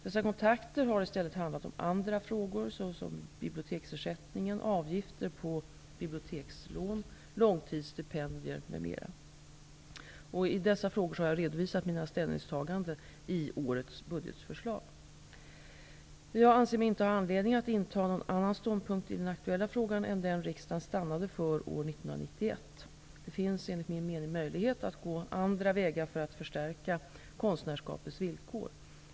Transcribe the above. Dessa kontakter har i stället handlat om andra frågor, såsom biblioteksersättningen, avgifter på bibliotekslån, långtidsstipendier m.m. I dessa frågor har jag redovisat mina ställningstaganden i årets budgetförslag. Jag anser mig inte ha anledning att inta någon annan ståndpunkt i den aktuella frågan än den riksdagen stannade för år 1991. Det finns enligt min mening möjlighet att gå andra vägar för att förstärka konstnärsskapets villkor.